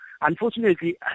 unfortunately